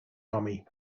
army